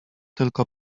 tylko